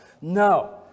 No